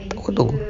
potong